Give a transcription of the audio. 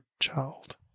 child